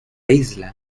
isla